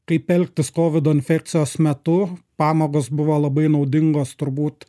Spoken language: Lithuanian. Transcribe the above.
kaip elgtis kovido infekcijos metu pamokos buvo labai naudingos turbūt